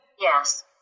yes